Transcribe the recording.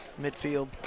midfield